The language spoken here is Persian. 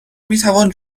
میتوان